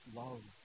love